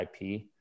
IP